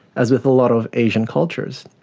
as with a lot of asian cultures,